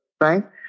right